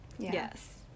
Yes